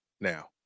now